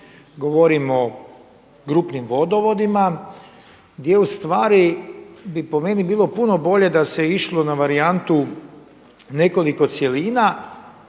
govorim o grupnim vodovodima gdje u stvari bi po meni bilo puno bolje da se išlo na varijantu nekoliko cjelina